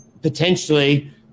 potentially